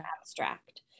abstract